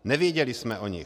Nevěděli jsme o nich.